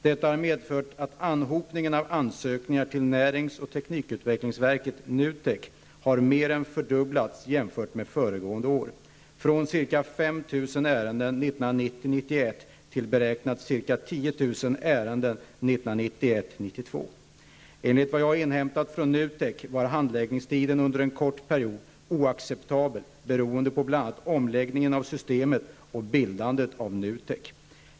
Detta har medfört att anhopningen av ansökningar till närings och teknikutvecklingsverket, NUTEK, har mer än fördubblats jämfört med föregående år, från ca Enligt vad jag inhämtat från NUTEK var handläggningstiden under en kort period oacceptabel beroende på bl.a. omläggning av systemet och bildandet av NUTEK.